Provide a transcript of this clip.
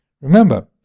Remember